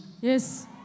yes